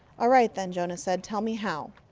ah right, then, jonas said. tell me how.